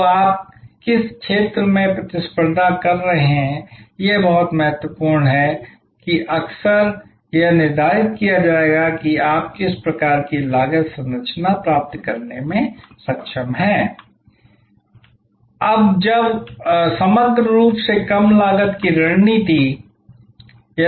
तो आप किस क्षेत्र में प्रतिस्पर्धा कर रहे हैं यह बहुत महत्वपूर्ण है कि अक्सर यह निर्धारित किया जाएगा कि आप किस प्रकार की लागत संरचना प्राप्त करने में सक्षम हैं